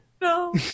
No